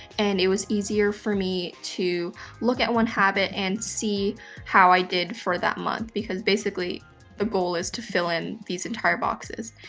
and it was easier for me to look at one habit and see how i did for that month because basically the goal is to fill in these entire boxes.